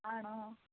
ആണോ